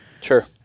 Sure